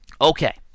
Okay